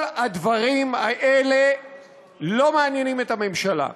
כל הדברים האלה לא מעניינים את הממשלה.